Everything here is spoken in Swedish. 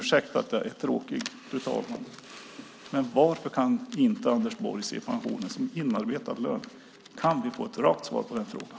Ursäkta att jag är tjatig, fru talman, men varför kan Anders Borg inte se pensionen som inarbetad lön? Kan vi få ett rakt svar på den frågan?